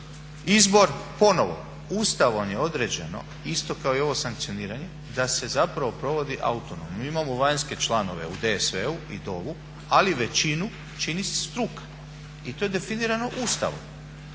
Izbor ponovno, Ustavom je određeno isto kao i ovo sankcioniranje da se zapravo provodi autonomno. Mi imamo vanjske članove u DSV-u i DOV-u ali većinu čini struka i to je definirano Ustavom.